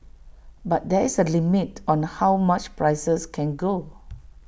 but there is A limit on how much prices can go